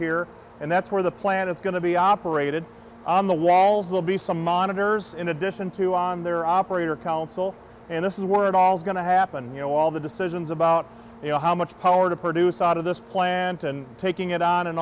here and that's where the plant is going to be operated on the walls will be some monitors in addition to on their operator council and this is where it all is going to happen you know all the decisions about you know how much power to produce out of this plant and taking it on and